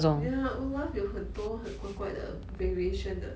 ya olaf 有很多很怪怪的 variation 的